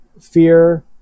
fear